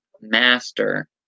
master